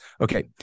Okay